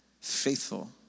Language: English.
faithful